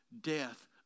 death